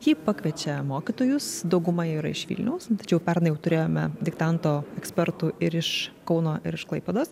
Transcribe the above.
ji pakviečia mokytojus dauguma yra iš vilniaus tačiau pernai jau turėjome diktanto ekspertų ir iš kauno ir iš klaipėdos